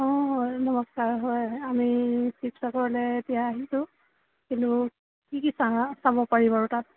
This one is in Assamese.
অঁ হয় নমস্কাৰ হয় আমি শিৱসাগৰলৈ এতিয়া আহিছোঁ কিন্তু কি কি চা চাব পাৰি বাৰু তাত